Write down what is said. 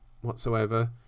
whatsoever